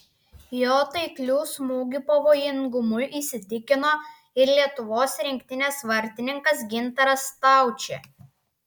jo taiklių smūgių pavojingumu įsitikino ir lietuvos rinktinės vartininkas gintaras staučė